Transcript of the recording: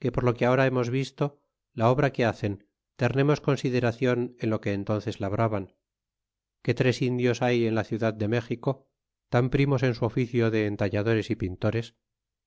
que por lo que ahora hemos visto la obra que hacen tememos consideracion en lo que entünces labraban que tres indios hay en la ciudad de méxico tan primos en su oficio de entalladores y pintores